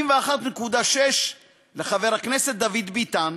41.6 לחבר הכנסת דוד ביטן,